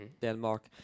Denmark